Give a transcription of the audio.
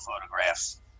photographs